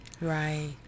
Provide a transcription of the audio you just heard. right